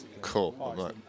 Cool